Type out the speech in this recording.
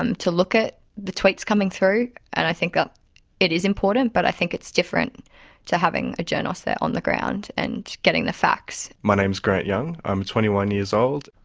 um to look at the tweets coming through, and i think that ah it is important, but i think it's different to having a journalist there on the ground and getting the facts. my name is grant young, i am twenty one years old.